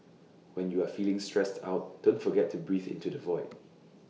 when you are feeling stressed out don't forget to breathe into the void